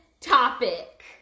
topic